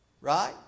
right